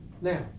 Now